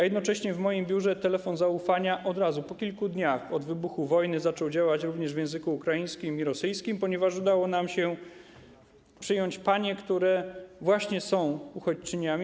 Jednocześnie w moim biurze telefon zaufania od razu, po kilku dniach od wybuchu wojny zaczął działać również w językach ukraińskim i rosyjskim, ponieważ udało nam się przyjąć panie, które właśnie są uchodźczyniami.